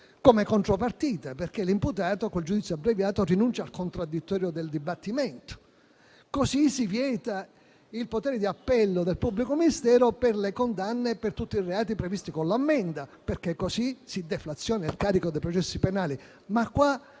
come contropartita al fatto che l'imputato, col giudizio abbreviato, rinuncia al contraddittorio del dibattimento. Così si vieta il potere di appello del pubblico ministero per le condanne e per tutti i reati previsti con l'ammenda, perché così si deflaziona il carico dei processi penali. Ma qual